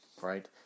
right